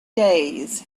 days